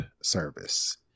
service